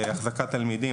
החזקת תלמידים,